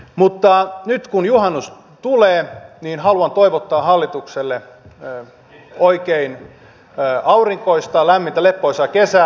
mutta nyt kun juhannus tulee niin haluan toivottaa hallitukselle oikein aurinkoista lämmintä leppoisaa kesää